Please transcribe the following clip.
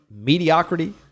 Mediocrity